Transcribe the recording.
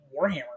Warhammer